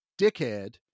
dickhead